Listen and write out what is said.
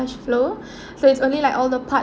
~ashflow so it's only like all the part